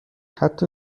حتی